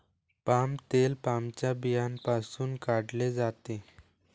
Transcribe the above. palm तेल पामच्या बियांपासून काढले जाते